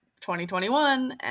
2021